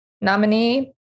nominee